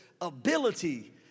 Ability